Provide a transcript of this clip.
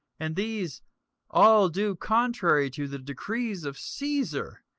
and these all do contrary to the decrees of caesar,